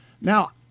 Now